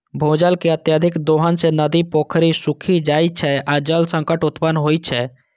भूजल के अत्यधिक दोहन सं नदी, पोखरि सूखि जाइ छै आ जल संकट उत्पन्न होइ छै